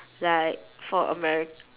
like for americ~